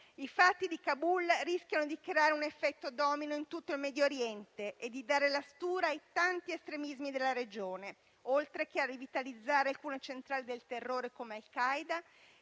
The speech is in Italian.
I fatti di Kabul rischiano di creare un effetto domino in tutto il Medio Oriente e di dare la stura ai tanti estremismi della regione, oltre che a rivitalizzare alcune centrali del terrore come al Qaeda